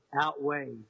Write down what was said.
outweigh